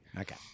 Okay